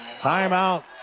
Timeout